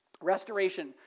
Restoration